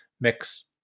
mix